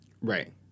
Right